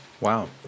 wow